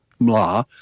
Mla